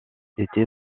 été